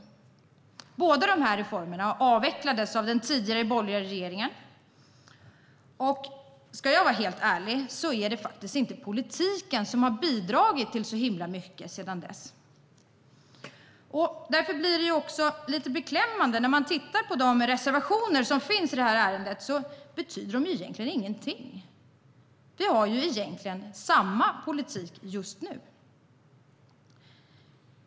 Båda de här reformerna avvecklades av den tidigare borgerliga regeringen. Ska jag vara helt ärlig vill jag säga att politiken faktiskt inte har bidragit till så himla mycket sedan dess. Därför blir det också lite beklämmande när man tittar på de reservationer som finns i det här ärendet, för de betyder egentligen ingenting. Vi har egentligen samma politik just nu.